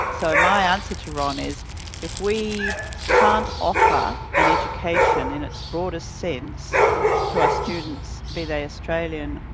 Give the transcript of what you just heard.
so my answer to ron is if we can't offer an education in its broadest sense to our students, be they australian,